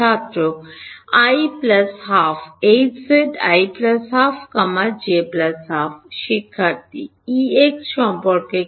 ছাত্র i 12 Hz i 12 j 12 Exসম্পর্কে কি